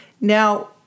Now